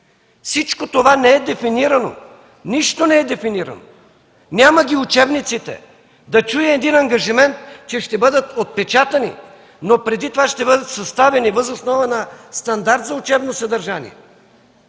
Всичко това не е дефинирано. Нищо не е дефинирано! Няма ги учебниците, да чуя един ангажимент – че ще бъдат отпечатани, но преди това ще бъдат съставени въз основа на стандарт за учебно съдържание.